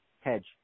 Hedge